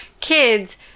kids